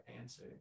answer